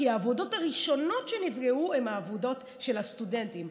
כי העבודות הראשונות שנפגעו הן העבודות של הסטודנטים,